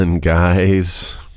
guys